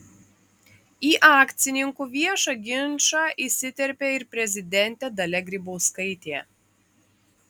į akcininkų viešą ginčą įsiterpė ir prezidentė dalia grybauskaitė